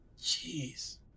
Jeez